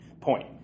point